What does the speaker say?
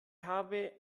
habe